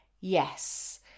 yes